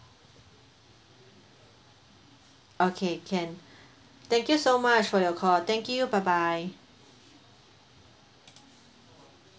okay can thank you so much for your call thank you bye bye